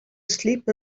sleep